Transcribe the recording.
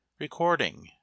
Recording